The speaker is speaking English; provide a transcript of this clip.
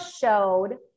showed